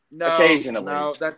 Occasionally